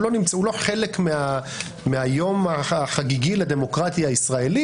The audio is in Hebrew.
הוא לא חלק מהיום החגיגי לדמוקרטיה הישראלי